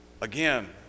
Again